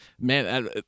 Man